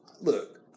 Look